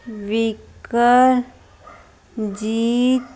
Vikramjit